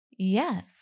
Yes